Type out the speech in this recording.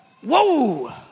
Whoa